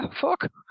fuck